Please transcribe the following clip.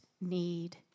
need